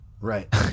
Right